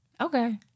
Okay